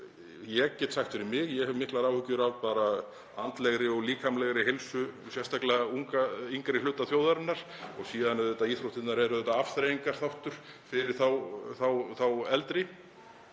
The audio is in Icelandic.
Ég get sagt fyrir mig að ég hef miklar áhyggjur af andlegri og líkamlegri heilsu, sérstaklega yngri hluta þjóðarinnar, og síðan eru íþróttirnar auðvitað afþreyingarþáttur fyrir þá eldri.